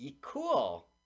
Cool